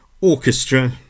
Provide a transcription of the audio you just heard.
Orchestra